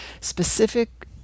specific